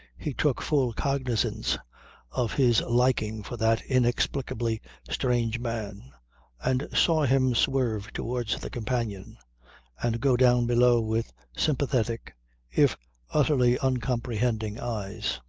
he took full cognizance of his liking for that inexplicably strange man and saw him swerve towards the companion and go down below with sympathetic if utterly uncomprehending eyes.